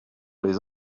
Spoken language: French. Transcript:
les